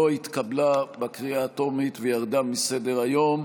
לא התקבלה בקריאה הטרומית, וירדה מסדר-היום.